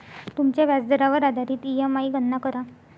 तुमच्या व्याजदरावर आधारित ई.एम.आई गणना करा